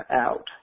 out